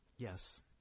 Yes